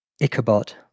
Ichabod